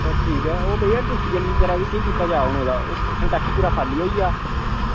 ओह् ठीक ऐ ओह् भइया टूटी ऐ लीक करा दी हून केह् कीता जा ओह्दा इत्थें ओह् सिंटैक्स पूरा खाल्ली होई गेआ